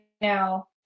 now